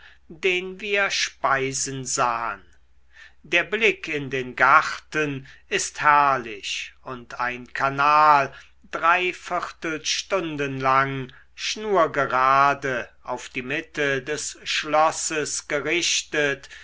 den wir speisen sahen der blick in den garten ist herrlich und ein kanal drei viertelstunden lang schnurgerade auf die mitte des schlosses gerichtet